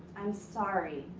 i'm sorry.